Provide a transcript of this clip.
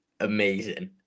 Amazing